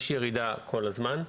יש ירידה כל הזמן,